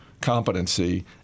competency